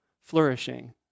flourishing